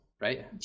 right